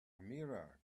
amira